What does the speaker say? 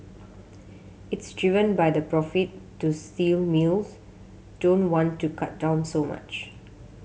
it's driven by the profit so steel mills don't want to cut down so much